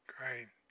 Great